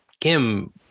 Kim